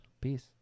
Peace